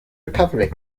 recovery